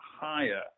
higher